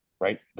right